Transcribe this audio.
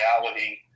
reality